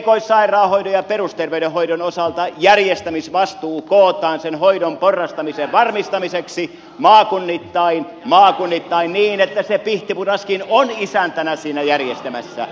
mutta erikoissairaanhoidon ja perusterveydenhoidon osalta järjestämisvastuu kootaan sen hoidon porrastamisen varmistamiseksi maakunnittain maakunnittain niin että se pihtipudaskin on isäntänä sitä järjestämässä